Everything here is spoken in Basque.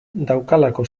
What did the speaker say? daukalako